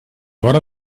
vora